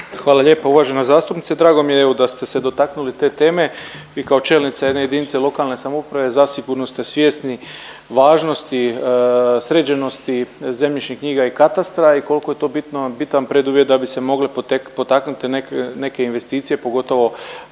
Hvala lijepo uvažena zastupnice. Drago mi evo da ste se dotaknuli te teme vi kao čelnica jedne jedinice lokalne samouprave zasigurno ste svjesni važnosti sređenosti zemljišnih knjiga i katastra i koliko je to bitno, bitan preduvjet da bi se mogle potaknuti neke investicije pogotovo